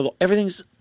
Everything's